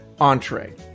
entree